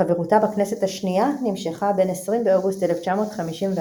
חברותה בכנסת השנייה נמשכה בין 20 באוגוסט 1951